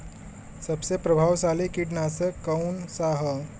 सबसे प्रभावशाली कीटनाशक कउन सा ह?